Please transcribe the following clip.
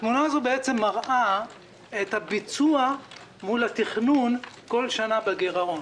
התמונה הזאת מראה את הביצוע מול התכנון בכל שנה בגירעון.